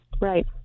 Right